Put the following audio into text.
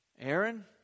Aaron